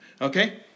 Okay